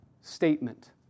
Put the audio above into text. statement